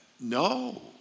no